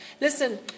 Listen